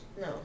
No